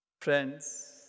Friends